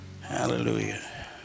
hallelujah